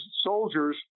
soldiers